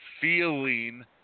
feeling